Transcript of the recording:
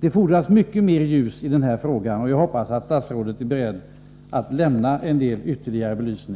Det fordras mycket mer ljus i detta ärende. Jag hoppas att statsrådet är beredd att lämna en del besked som kan ge ytterligare belysning.